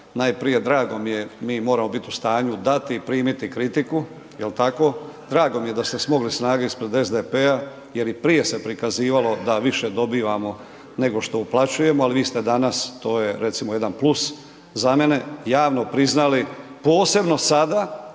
najprije drago mi je, mi moramo bit u stanju dati i primiti kritiku, jel tako? Drago mi je da ste smogli snage ispred SDP-a jer i prije se prikazivalo da više dobivamo, nego što uplaćujemo, ali vi ste danas, to je recimo jedan plus za mene, javno priznali posebno sada